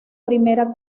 primera